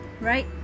right